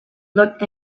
looked